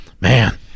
Man